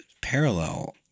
parallel